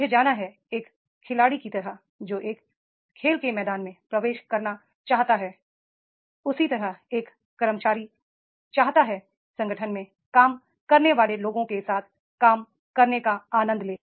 मुझे जाना है एक खिलाड़ी की तरह जो एक खेल के मैदान में प्रवेश करना चाहता है उसी तरह एक कर्मचारी चाहता है संगठन में काम करने वाले लोगों के साथ काम करने का आनंद लें